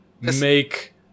make